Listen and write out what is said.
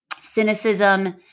cynicism